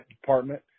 department